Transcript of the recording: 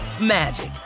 magic